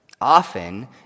Often